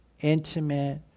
intimate